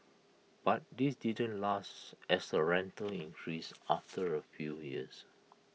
but this didn't last as the rental increased after A few years